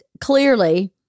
clearly